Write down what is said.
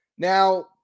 Now